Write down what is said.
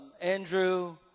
Andrew